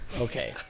Okay